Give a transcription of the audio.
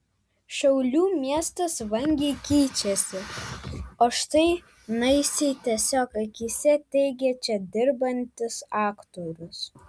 šiaulių miestas vangiai keičiasi o štai naisiai tiesiog akyse teigia čia dirbantis aktorius